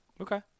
Okay